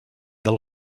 del